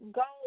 go